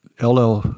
LL